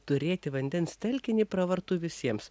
turėti vandens telkinį pravartu visiems